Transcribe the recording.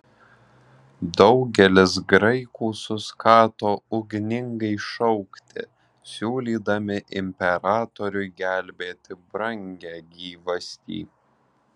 daugelis graikų suskato ugningai šaukti siūlydami imperatoriui gelbėti brangią gyvastį